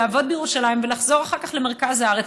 לעבוד בירושלים ולחזור אחר כך למרכז הארץ,